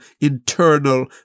internal